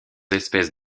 espèces